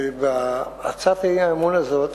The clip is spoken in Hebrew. בהצעת האי-אמון הזאת,